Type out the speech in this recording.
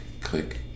click